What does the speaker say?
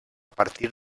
partir